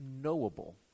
knowable